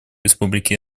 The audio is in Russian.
республики